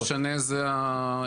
בסוף מה שמשנה זה האינטגרל,